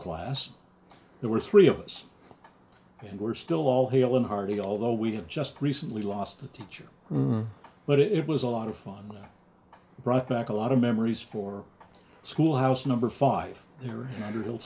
class there were three of us and we're still all hale and hearty although we have just recently lost a teacher room but it was a lot of fun brought back a lot of memories for schoolhouse number five the